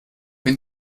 wenn